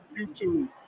YouTube